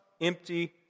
empty